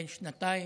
בן שנתיים,